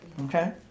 Okay